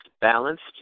balanced